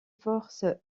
forces